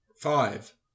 Five